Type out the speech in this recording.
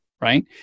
right